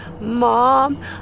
Mom